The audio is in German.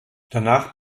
danach